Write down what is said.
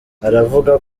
aravuga